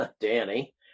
danny